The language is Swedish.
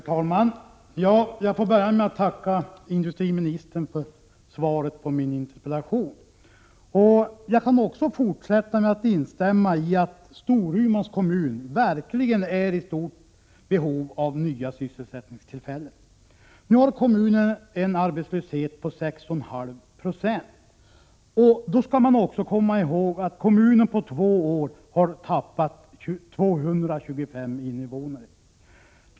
Herr talman! Jag får börja med att tacka industriministern för svaret på min interpellation. Jag kan fortsätta med att instämma i att Storumans kommun verkligen är i stort behov av nya sysselsättningstillfällen. Nu har kommunen en arbetslöshet på 6,5 20. Då skall man också komma ihåg att kommunen på två år har förlorat 225 invånare.